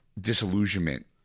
disillusionment